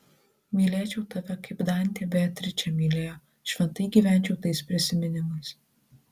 mylėčiau tave kaip dantė beatričę mylėjo šventai gyvenčiau tais prisiminimais